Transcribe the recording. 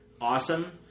awesome